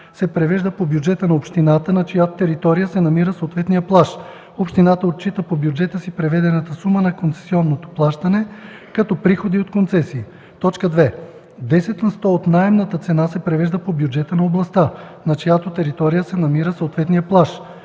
се превежда по бюджета на общината, на чиято територия се намира съответният плаж; общината отчита по бюджета си преведената сума на концесионното плащане като приходи от концесии; 2. десет на сто от наемната цена се превежда по бюджета на областта, на чиято територия се намира съответният плаж.